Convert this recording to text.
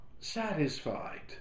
satisfied